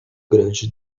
grande